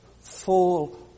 full